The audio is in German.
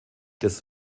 des